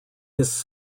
his